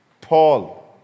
Paul